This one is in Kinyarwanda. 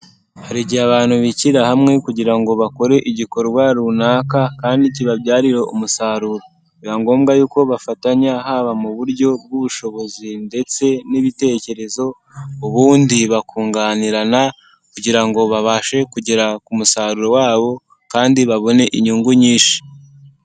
Hari igihe abantu bigira hamwe kugira ngo bakore igikorwa runaka kandi kibabyarire umusaruro, biba ngombwa y'uko bafatanya haba mu buryo bw'ubushobozi ndetse n'ibitekerezo, ubundi bakunganirana kugira ngo babashe kugera ku musaruro wabo kandi babone inyungu nyinshi.